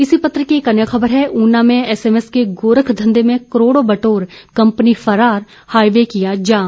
इसी पत्र की एक अन्य खबर है उना में एसएमएस के गोरखघंधे में करोड़ों बटोर कंपनी फरार हाईवे किया जाम